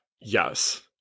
yes